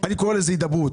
אני קורא לזה הידברות.